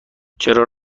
چرا